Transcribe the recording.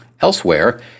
Elsewhere